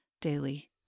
daily